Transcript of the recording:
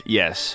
yes